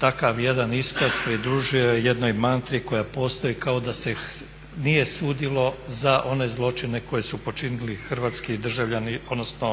takav jedan iskaz pridružuje jednoj mantri koja postoji kao da se nije sudilo za one zločine koje su počinili hrvatski državljani odnosno